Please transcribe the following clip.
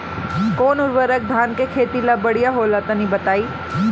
कौन उर्वरक धान के खेती ला बढ़िया होला तनी बताई?